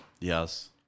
Yes